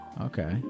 Okay